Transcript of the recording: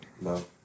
No